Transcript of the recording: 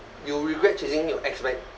you regret chasing your ex back